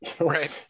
right